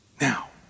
now